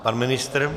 Pan ministr?